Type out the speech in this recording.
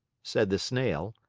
said the snail.